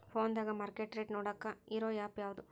ಫೋನದಾಗ market rate ನೋಡಾಕ್ ಇರು ಆ್ಯಪ್ ಯಾವದು?